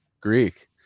Greek